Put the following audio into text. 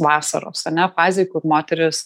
vasaros ane fazėj kur moteris